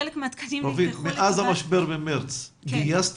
וחלקן מהתקנים נלקחו לטובת --- האם מאז המשבר במרץ גייסתם